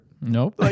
Nope